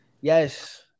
Yes